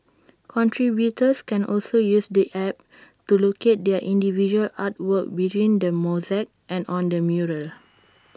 contributors can also use the app to locate their individual artwork within the mosaic and on the mural